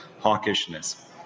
hawkishness